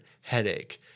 headache